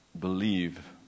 believe